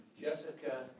Jessica